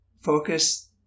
focus